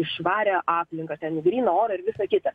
į švarią aplinką ten gryno oro ir visa kita